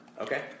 Okay